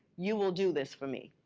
you will do this for me.